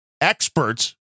experts